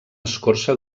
escorça